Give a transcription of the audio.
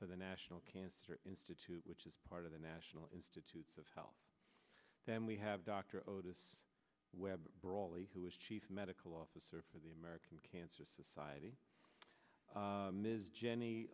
for the national cancer institute which is part of the national institutes of health then we have dr otis webb brawley who is chief medical officer for the american cancer society ms jenny